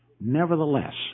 Nevertheless